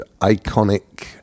iconic